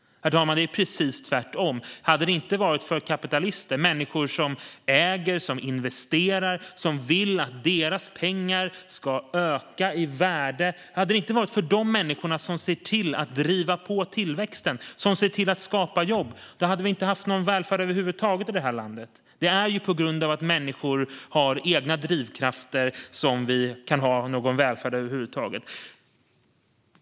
Det är precis tvärtom, herr talman. Hade det inte varit för kapitalister - människor som äger, som investerar, som vill att deras pengar ska öka i värde, som ser till att driva på tillväxten och som ser till att skapa jobb - hade vi inte haft någon välfärd över huvud taget i det här landet. Det är på grund av att människor har egna drivkrafter som vi kan ha någon välfärd över huvud taget.